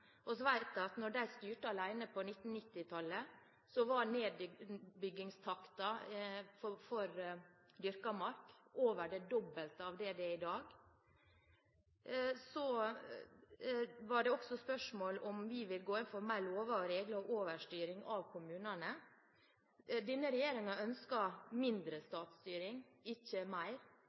var nedbyggingstakten for dyrket mark over det dobbelte av det den er i dag. Det var også spørsmål om vi vil gå inn for mer lover, regler og overstyring av kommunene. Denne regjeringen ønsker mindre statsstyring, ikke mer.